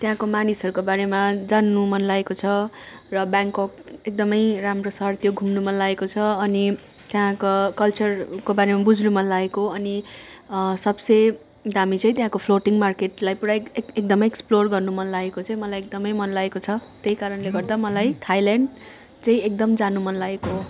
त्यहाँको मानिसहरूको बारेमा जान्नु मन लागेको छ र बेङ्कोक एकदम राम्रो छ अरे त्यो घुम्नु मन लागेको छ अनि त्यहाँको कल्चरको बारेमा बुझ्नु मन लागेको अनि सब से दामी चाहिँ त्यहाँको फ्लोटिङ मार्केटलाई पुरा एकदम एक्सप्लोर गर्नुको मन लागेको चाहिँ मलाई एकदम मन लागेको छ त्यही कारणले गर्दा मलाई थाइल्यान्ड चाहिँ एकदम जानु मन लागेको हो